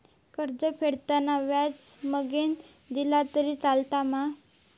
कर्ज फेडताना व्याज मगेन दिला तरी चलात मा?